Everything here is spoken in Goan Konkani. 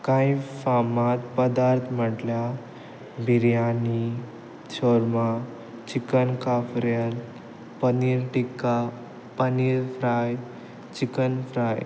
कांय फामाद पदार्थ म्हटल्यार बिर्याणी शोर्मा चिकन काफ्रिएल paneer tikka paneer fry chicken fry